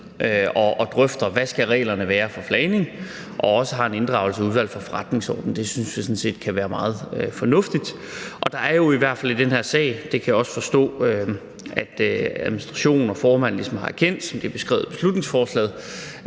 og drøfter, hvad reglerne skal være for flagning, og også inddrager Udvalget for Forretningsordenen. Det synes jeg sådan set kan være meget fornuftigt. Der er jo i hvert fald sket det i den her sag – det kan jeg også forstå, at administration og formand ligesom har erkendt, som det er beskrevet i beslutningsforslaget